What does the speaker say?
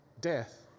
death